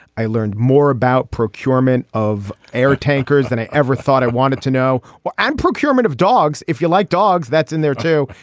i learned more about procurement of air tankers than i ever thought i wanted to know. well and procurement of dogs if you like dogs that's in there too.